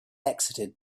exited